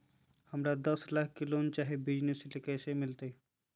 हमरा दस लाख के लोन चाही बिजनस ले, कैसे मिलते?